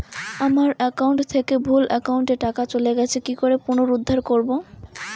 আমার একাউন্ট থেকে ভুল একাউন্টে টাকা চলে গেছে কি করে পুনরুদ্ধার করবো?